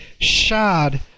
shod